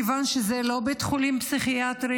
כיוון שזה לא בית חולים פסיכיאטרי,